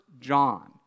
John